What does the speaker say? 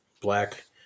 black